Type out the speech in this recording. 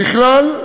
ככלל,